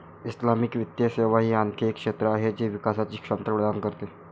Islamic वित्तीय सेवा ही आणखी एक क्षेत्र आहे जी विकासची क्षमता प्रदान करते